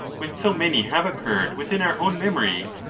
when so many have occurred within our own memory?